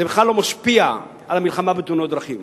זה בכלל לא משפיע על המלחמה בתאונות דרכים.